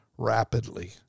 rapidly